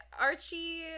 Archie